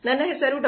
ನನ್ನ ಹೆಸರು ಡಾ